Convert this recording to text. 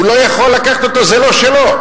הוא לא יכול לקחת אותו, זה לא שלו.